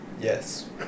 yes